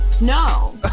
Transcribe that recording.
No